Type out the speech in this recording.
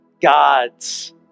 God's